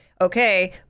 okay